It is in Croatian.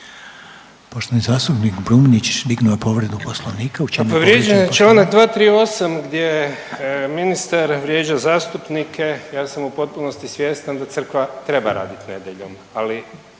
Poštovani zastupnik Brumnić dignuo je povredu Poslovnika.